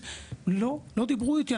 לא, לא דיברו איתי.